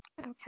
Okay